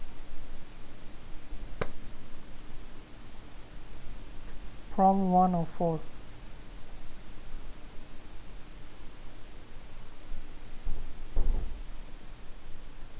prompt one of four